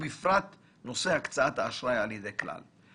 ובפרט נושא הקצאת האשראי על ידי כלל.